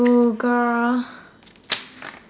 I Google